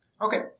Okay